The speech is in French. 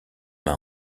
m’a